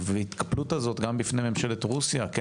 וההתקפלות הזו גם מצד ממשלת רוסיה כן